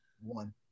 One